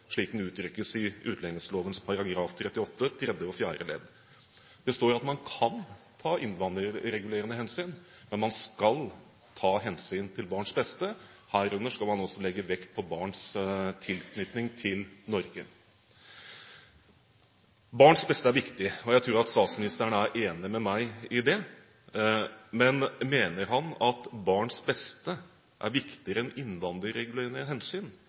slik det uttrykkes i utlendingsloven § 38 tredje og fjerde ledd. Det står at man kan ta innvandringsregulerende hensyn, men man skal ta hensyn til barns beste. Herunder skal man også legge vekt på barns tilknytning til Norge. Barns beste er viktig. Jeg tror at statsministeren er enig med meg i det, men mener han at barns beste er viktigere enn innvandringsregulerende hensyn?